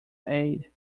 aid